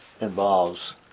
involves